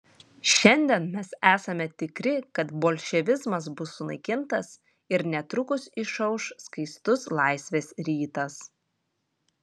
šiandien mes esame tikri kad bolševizmas bus sunaikintas ir netrukus išauš skaistus laisvės rytas